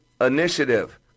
Initiative